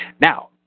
Now